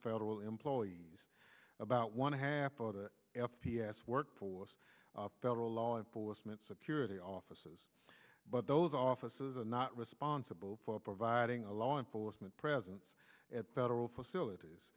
federal employees about one half of a f p s workforce federal law enforcement security offices but those offices are not responsible for providing a law enforcement presence at the federal facilities